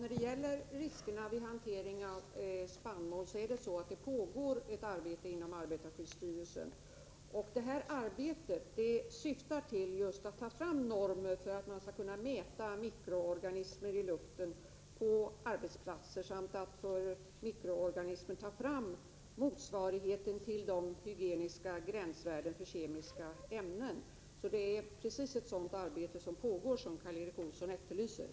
Herr talman! Det pågår ett arbete inom arbetarskyddsstyrelsen när det gäller riskerna vid hantering av spannmål. Det syftar till just att ta fram normer för mätning av mikroorganismer i luften på arbetsplatser samt att beträffande mikroorganismer ta fram motsvarigheten till de hygieniska gränsvärdena för kemiska ämnen. Det arbete som pågår är precis det som Karl Erik Olsson efterlyste.